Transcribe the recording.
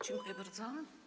Dziękuję bardzo.